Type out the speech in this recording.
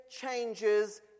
changes